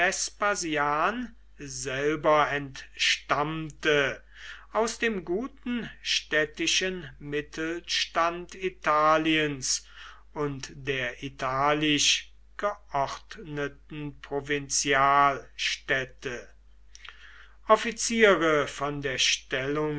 selber entstammte aus dem guten städtischen mittelstand italiens und der italisch geordneten provinzialstädte offiziere von der stellung